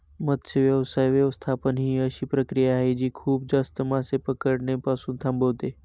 मत्स्य व्यवसाय व्यवस्थापन ही अशी प्रक्रिया आहे जी खूप जास्त मासे पकडणे पासून थांबवते